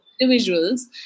Individuals